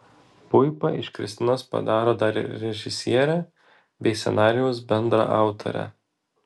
puipa iš kristinos padaro dar ir režisierę bei scenarijaus bendraautorę